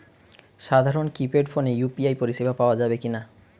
সাধারণ কিপেড ফোনে ইউ.পি.আই পরিসেবা পাওয়া যাবে কিনা?